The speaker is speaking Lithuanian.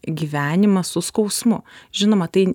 gyvenimą su skausmu žinoma tai